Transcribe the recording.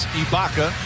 ibaka